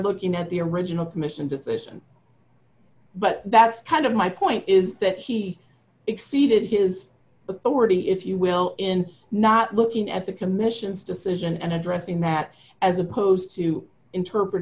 looking at the original commission decision but that's kind of my point is that he exceeded his authority if you will in not looking at the commission's decision and addressing that as opposed to interpret